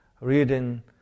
reading